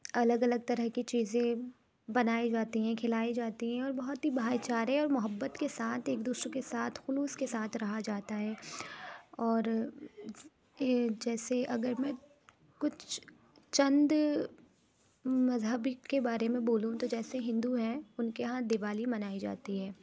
الگ الگ طرح کی چیزیں بنائی جاتی ہیں کھلائی جاتی ہیں اور بہت ہی بھائی چارے اور محبت کے ساتھ ایک دوسرے کے ساتھ خلوص کے ساتھ رہا جاتا ہے اور جیسے اگر میں کچھ چند مذہبی کے بارے میں بولوں تو جیسے ہندو ہیں ان کے یہاں دیوالی منائی جاتی ہے